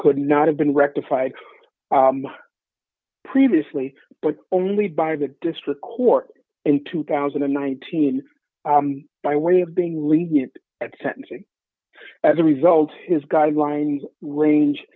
could not have been rectified previously but only by the district court in two thousand and nineteen by way of being lenient at sentencing as a result his guidelines wan